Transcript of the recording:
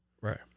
Right